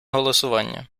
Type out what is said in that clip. голосування